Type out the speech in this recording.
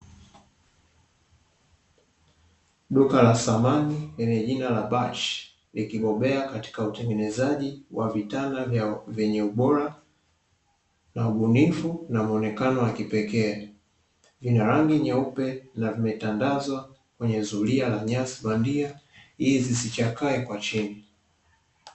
Duka la samani lenye jina la "BASH" lilobobea katika utengenezaji wa vitanda vyenye ubora, ubunifu na mwonekano wa kipekee vyenye rangi nyeupe na vimetandazwa kwenye zulia lenye nyasi bandia ili visichakae.